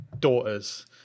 daughters